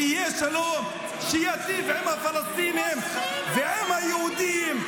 ויהיה שלום שייטיב עם הפלסטינים ועם היהודים,